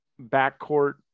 backcourt